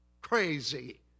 Crazy